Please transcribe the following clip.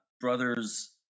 brothers